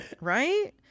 right